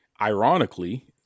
ironically